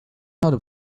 how